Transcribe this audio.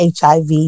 HIV